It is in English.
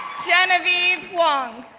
genevieve huang,